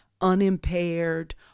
unimpaired